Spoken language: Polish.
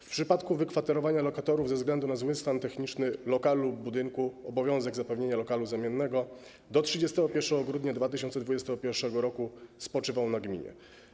W przypadku wykwaterowania lokatorów ze względu na zły stan techniczny lokalu w budynku obowiązek zapewnienia lokalu zamiennego do 31 grudnia 2021 r. spoczywał na gminie.